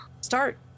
Start